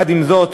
עם זאת,